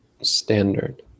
standard